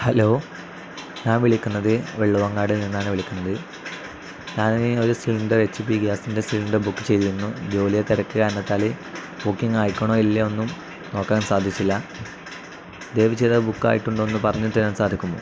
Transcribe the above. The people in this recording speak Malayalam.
ഹലോ ഞാൻ വിളിക്കുന്നത് വെള്ളവങ്ങാട് നിന്നാണ് വിളിക്കുന്നത് ഞാൻ ഒരു സിലിണ്ടർ എച്ച് പി ഗ്യാസിൻ്റെ സിലിണ്ടർ ബുക്ക് ചെയ്തിരുന്നു ജോലിയെ തിരക്ക് കാരണത്താൽ ബുക്കിംഗ് ആയിക്കണോ ഇല്ലയോ ഒന്നും നോക്കാൻ സാധിച്ചില്ല ദയവ് ചെയ്ത് ആ ബുക്ക് ആയിട്ടുണ്ടോന്ന് പറഞ്ഞ് തരാൻ സാധിക്കുമോ